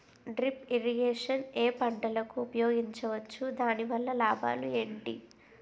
Drip irrigation ఏ పంటలకు ఉపయోగించవచ్చు? దాని వల్ల లాభాలు ఏంటి?